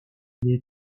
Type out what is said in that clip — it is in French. les